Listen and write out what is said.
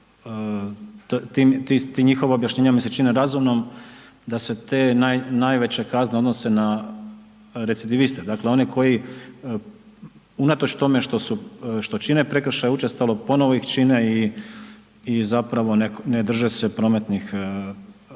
ti njihova objašnjenja mi se čine razumnom da se te najveće kazne odnose na recidiviste, dakle one koji unatoč tome što čine prekršaje učestalo, ponovo ih čine i zapravo ne drže se prometnih propisa,